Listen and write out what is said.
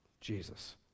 Jesus